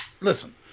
Listen